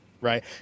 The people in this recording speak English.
right